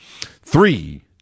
Three